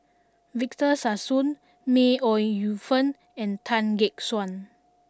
Victor Sassoon May Ooi Yu Fen and Tan Gek Suan